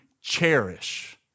cherish